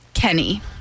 Kenny